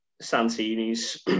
Santini's